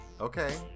Okay